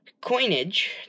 Coinage